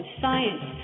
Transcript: science